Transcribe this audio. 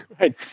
Right